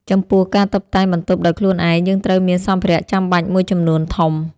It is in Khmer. ចំពោះ ការតុបតែងបន្ទប់ដោយខ្លួនឯង យើងត្រូវមានសម្ភារៈចំបាច់មួយចំនួនធំ។